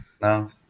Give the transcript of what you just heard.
no